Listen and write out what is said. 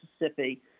Mississippi